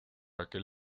aquel